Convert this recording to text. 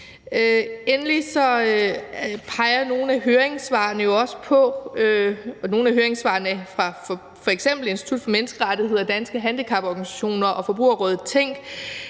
høringssvarene – f.eks. høringssvarene fra Institut for Menneskerettigheder, Danske Handicaporganisationer og Forbrugerrådet Tænk